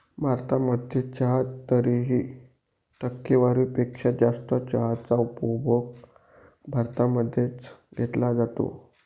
भारतामध्ये चहा तरीही, टक्केवारी पेक्षा जास्त चहाचा उपभोग भारतामध्ये च घेतला जातो